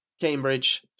Cambridge